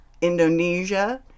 Indonesia